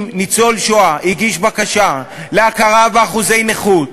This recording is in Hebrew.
אם ניצול שואה הגיש בקשה להכרה באחוזי נכות,